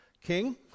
King